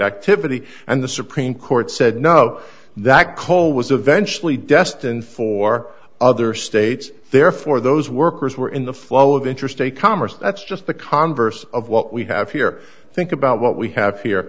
activity and the supreme court said no that coal was eventually destined for other states therefore those workers were in the flow of interstate commerce that's just the converse of what we have here think about what we have here